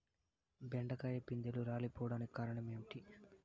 బెండకాయ పిందెలు రాలిపోవడానికి కారణం ఏంటి?